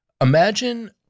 imagine